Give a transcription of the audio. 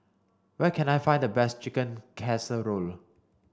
where can I find the best Chicken Casserole